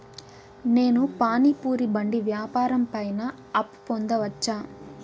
నేను పానీ పూరి బండి వ్యాపారం పైన అప్పు పొందవచ్చా?